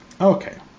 okay